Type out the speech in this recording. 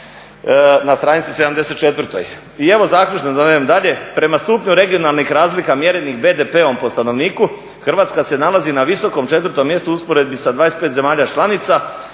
na str. 74. I evo zaključno da ne idem dalje, prema stupnju regionalnih razlika mjerenih BDP-om po stanovniku Hrvatska se nalazi na visokom 4.-tom mjestu u usporedbi sa 25 zemalja članica.